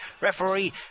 referee